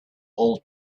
old